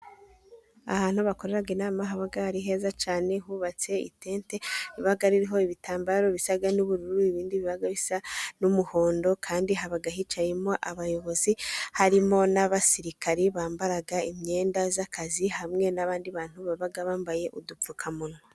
Ahantu bakorera inama haba ari heza cyane hubatse itente riba ririho ibitambaro bisa n'ubururu, ibindi biba bisa n'umuhondo, kandi haba hicayemo abayobozi harimo n'abasirikari bambara imyenda y'akazi, hamwe n'abandi bantu baba bambaye udupfukamunwa.